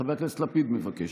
חבר הכנסת לפיד מבקש.